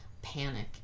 panic